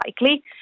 likely